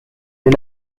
est